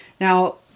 Now